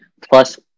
Plus